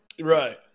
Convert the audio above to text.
Right